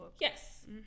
Yes